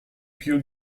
più